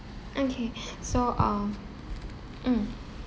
okay so um mm